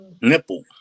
Nipple